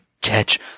catch